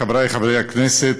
חברי חברי הכנסת,